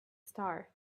star